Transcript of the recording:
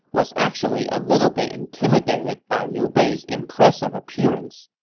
was actually a little bit intimidated by liu bei's impressive appearance.